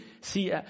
see